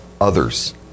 others